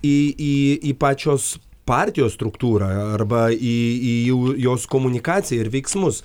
į į į pačios partijos struktūrą arba į į jų jos komunikaciją ir veiksmus